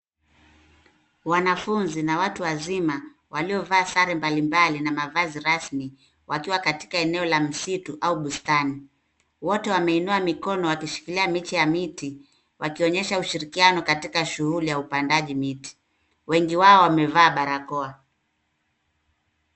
Wanafunzi na watu wazima waliovaa sare mbalimbali na mavazi rasmi wakiwa katika eneo la msitu au bustani. Wote wameinua mikono wakishikilia miche ya miti wakionyesha ushirikiano katika shuguli ya upandaji miti. Wengi wao wamevaa barakoa.